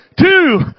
two